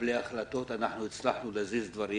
מקבלי ההחלטות אנחנו הצלחנו להזיז דברים.